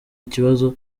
ikibazo